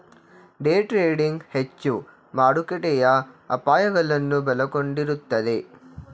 day trading ಹೆಚ್ಚು ಮಾರುಕಟ್ಟೆಯ ಅಪಾಯಗಳನ್ನು ಒಳಗೊಂಡಿರುತ್ತದೆ